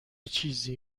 چیزی